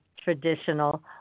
traditional